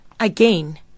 Again